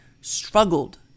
struggled